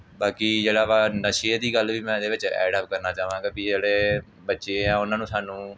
ਬਾਕੀ ਜਿਹੜਾ ਵਾ ਨਸ਼ੇ ਦੀ ਗੱਲ ਵੀ ਮੈਂ ਇਹਦੇ ਵਿੱਚ ਐਡ ਅਪ ਕਰਨਾ ਚਾਹਾਂਗਾ ਵੀ ਜਿਹੜੇ ਬੱਚੇ ਆ ਉਹਨਾਂ ਨੂੰ ਸਾਨੂੰ